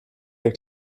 der